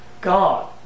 God